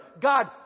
God